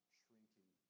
shrinking